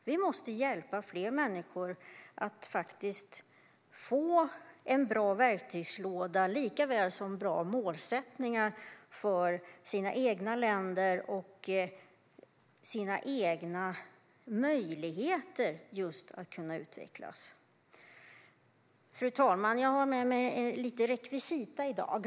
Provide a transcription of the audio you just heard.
Vi måste hjälpa fler människor att få en bra verktygslåda likaväl som bra målsättningar för sina egna länder och sina egna möjligheter att kunna utvecklas. Fru talman! Jag har med mig lite rekvisita i dag.